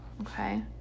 Okay